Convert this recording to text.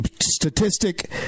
statistic